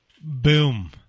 Boom